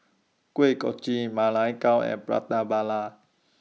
Kuih Kochi Ma Lai Gao and Prata